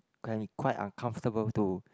can be quite uncomfortable too